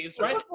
right